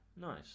nice